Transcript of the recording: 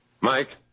Mike